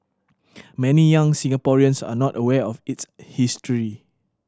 many young Singaporeans are not aware of its history